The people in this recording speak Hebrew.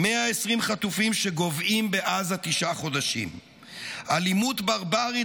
120 חטופים שגוועים בעזה תשעה חודשים; אלימות ברברית